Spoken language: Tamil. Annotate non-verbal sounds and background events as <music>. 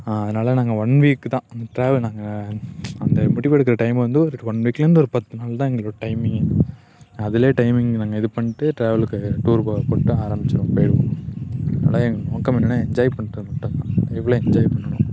அதனால நாங்கள் ஒன் வீக்தான் ட்ராவல் நாங்கள் அந்த முடிவெடுக்கிற டைம் வந்து ஒரு ஒன் வீக்லேருந்து ஒரு பத்து நாள்தான் எங்களோடய டைமிங்கே அதில் டைமிங் நாங்கள் இது பண்ணிட்டு ட்ராவலுக்கு டூர் போகிற <unintelligible> ஆரம்பித்திடுவோம் போயிடுவோம் அதுனால எங்க நோக்கம் என்னன்னா என்ஜாய் பண்ணுறது மட்டும்தான் லைஃபில் என்ஜாய் பண்ணணும்